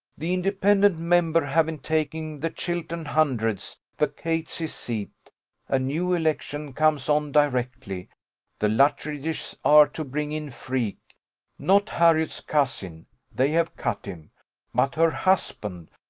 the independent member having taken the chiltern hundreds, vacates his seat a new election comes on directly the luttridges are to bring in freke not harriot's cousin they have cut him but her husband,